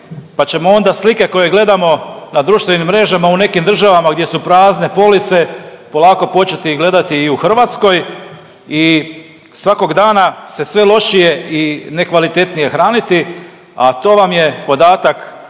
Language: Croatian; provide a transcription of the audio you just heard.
pa ćemo onda slike koje gledamo na društvenim mrežama u nekim državama gdje su prazne police polako početi gledati i u Hrvatskoj i svakog dana se sve lošije i nekvalitetnije hraniti, a to vam je podatak